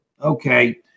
Okay